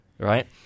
right